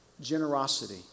Generosity